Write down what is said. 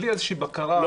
בלי בקרה.